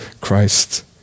Christ